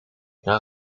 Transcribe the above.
naar